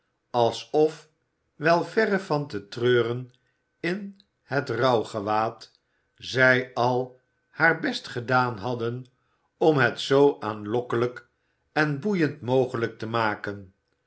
alsof wel verre van te treuren in het rouwgewaad zij al haar best gedaan hadden om het zoo aanlokkelijk en boeiend mogelijk te maken